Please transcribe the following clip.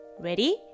Ready